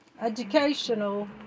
educational